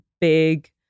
big